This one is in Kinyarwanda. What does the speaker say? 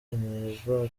intego